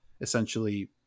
essentially